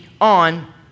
on